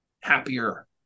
happier